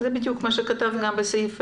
זה בדיוק מה שכתבנו בסעיף